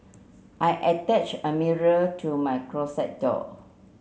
I attach a mirror to my closet door